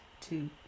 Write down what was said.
two